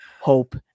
hope